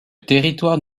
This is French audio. territoire